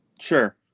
Sure